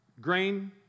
Grain